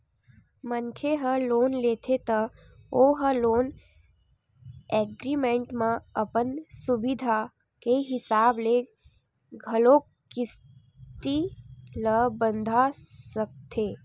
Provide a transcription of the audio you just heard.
मनखे ह लोन लेथे त ओ ह लोन एग्रीमेंट म अपन सुबिधा के हिसाब ले घलोक किस्ती ल बंधा सकथे